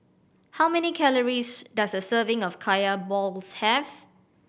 how many calories does a serving of Kaya balls have